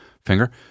finger